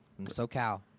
socal